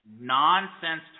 nonsense